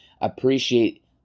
appreciate